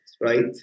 right